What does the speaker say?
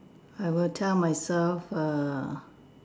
I will tell myself err